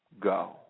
go